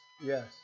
yes